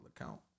account